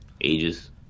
ages